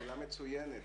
שאלה מצוינת.